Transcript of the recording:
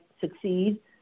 succeed